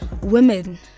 women